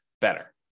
better